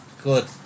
Good